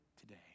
today